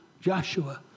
Joshua